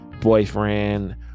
boyfriend